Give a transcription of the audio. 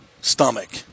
stomach